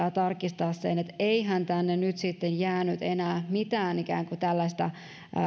ja tarkistaa sen että eihän tänne nyt sitten jäänyt enää mitään ikään kuin tällaista